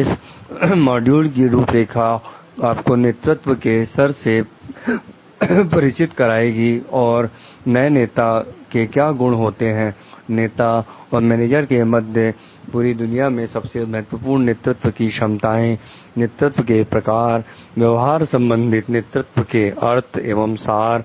इस मॉड्यूल की रूपरेखा आपको नेतृत्व के सर से परिचय कराएगी और एक नेता के क्या गुण होते हैं नेता और मैनेजर के मध्य पूरी दुनिया में सबसे महत्वपूर्ण नेतृत्व की क्षमताएं नेतृत्व के प्रकार व्यवहार संबंधी नेतृत्व के अर्थ एवं सार